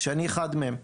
שאני אחד מהם.